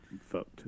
fucked